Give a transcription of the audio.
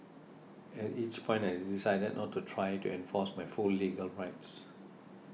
at each point I decided not to try to enforce my full legal rights